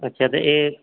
अच्छा ते एह्